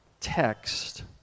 text